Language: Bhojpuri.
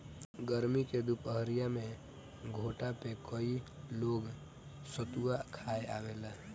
गरमी के दुपहरिया में घोठा पे कई लोग सतुआ खाए आवेला